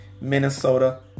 Minnesota